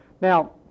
Now